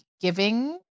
giving